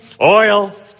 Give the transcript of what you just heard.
oil